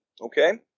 okay